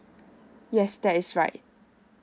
yes that is right